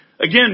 Again